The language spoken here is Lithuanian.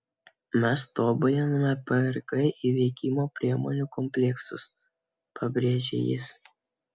mes tobuliname prg įveikimo priemonių kompleksus pabrėžė jis